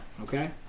Okay